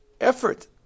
effort